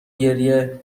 گریه